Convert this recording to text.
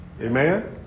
Amen